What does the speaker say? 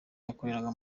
yakoreraga